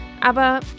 aber